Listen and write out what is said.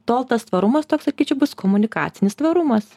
tol tas tvarumas toks sakyčiau bus komunikacinis tvarumas